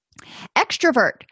Extrovert